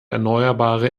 erneuerbare